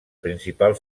principal